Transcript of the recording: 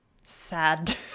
sad